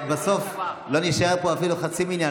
בסוף לא נישאר פה אפילו חצי מניין,